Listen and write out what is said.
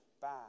bad